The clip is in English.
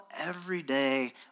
everyday